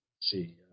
see